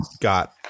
got